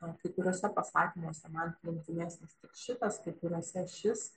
na kai kuriuose pasakymuose man priimtinesnis tik šitas kaikuriuose šis